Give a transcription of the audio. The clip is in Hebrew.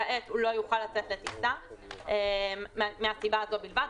כעת הוא לא יוכל לצאת לטיסה מהסיבה הזו בלבד.